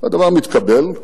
והדבר מתקבל.